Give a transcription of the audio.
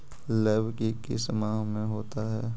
लव की किस माह में होता है?